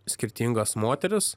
skirtingas moteris